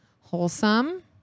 wholesome